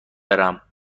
برم